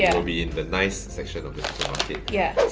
yeah it would be in the nice section of the yeah